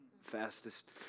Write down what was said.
fastest